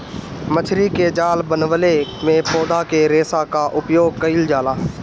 मछरी के जाल बनवले में पौधा के रेशा क उपयोग कईल जाला